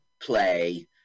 play